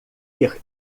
ter